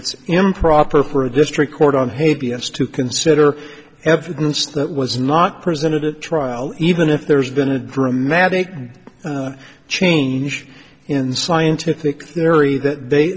it's improper for a district court on hate b s to consider evidence that was not presented at trial even if there's been a dramatic change in scientific theory that